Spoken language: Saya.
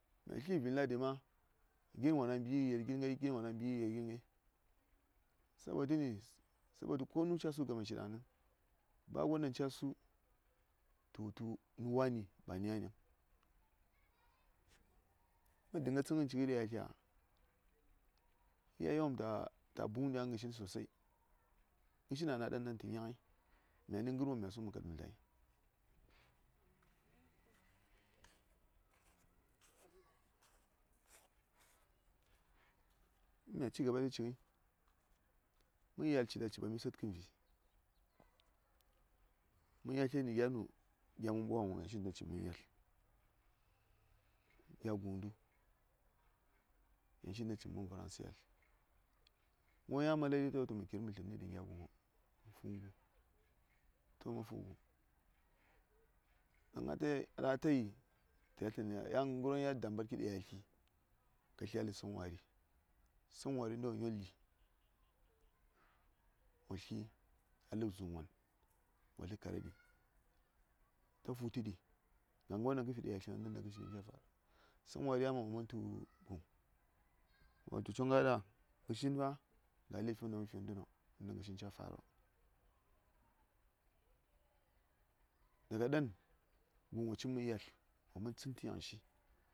Mya tli vin ladi ma gin wona mbi yir yel gin ngai, gin wo na mbi yir yel gin ngai sabo tɚni, sabotu konu ca su gama shi daŋ nin.ba gon ɗaŋ ca su tu wutu nə wani ba nə yaniŋ ma dinga tsən ngən cik ɗa yatlya iyaye wom ta buŋ di a ngə shin sosai ngə shin ana ɗaŋ tə nya ngəi mya ngər wom mya su mə kat mə dlai in mya cigaɓa ngai tə fi ngən ci ngəi mən yalt ci ɓasmi səd kən vi mən yatlyes nə gya nu?. mən ɓwa ngən wom yaŋ shi ci nə mən ya tlyes gya guŋdə yaŋ shi ngən ci nə mən varaŋsə yalt ngən ya malari ta wutu mə kir mə tlən dən gya guŋ to ma fu guŋ ɗan atayi yan ngər won ya da nɓar ki ɗa yatli ka tli a səŋwari ,sənlwari ngənta wo nyol ɗi wo tli a ləb zuŋ wan wo səŋ kara ɗi ta futə ɗi ga ngər won ɗaŋ kə fi ɗa yatli ngən dən in ta ngə shi gi ca fara səŋwari ya man wo man tu guŋ wo wutu choŋ ga ngə ɗa ga lefi won ɗaŋ mə fi ngən ndəno inta ngə shin ca faro daga ɗan guŋ wo cim nə yalt wo man tsən tə yaŋ shi.